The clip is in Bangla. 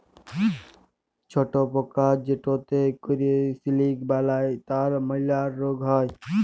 ছট পকা যেটতে ক্যরে সিলিক বালাই তার ম্যালা রগ হ্যয়